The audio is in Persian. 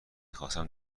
خواستم